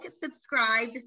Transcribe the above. subscribe